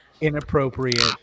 Inappropriate